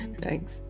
Thanks